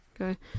okay